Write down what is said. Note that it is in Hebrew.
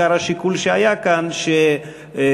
השיקול העיקרי שהיה כאן הוא שאדוני